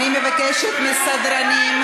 אני מבקשת מהסדרנים,